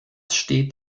steht